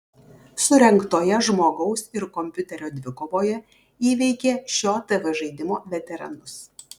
surengtoje žmogaus ir kompiuterio dvikovoje įveikė šio tv žaidimo veteranus